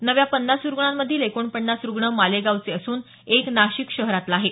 नव्या पन्नास रुग्णांमधील एकोणपन्नास रुग्ण मालेगांवचे असून एक नाशिक शहरातील आहे